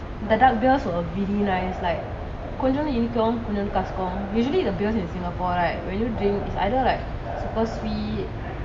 the dark beers were really nice like கோஜுன்து இனிக்கும் கொஞ்சூண்டு கசக்கும்:kojundu inikum konjundu kasakum usually the beers in singapore right when you drink it's either super sweet